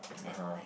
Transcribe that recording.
(uh huh)